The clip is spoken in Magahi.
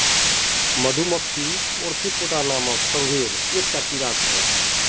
मधुमक्खी ओर्थोपोडा नामक संघेर एक टा कीड़ा छे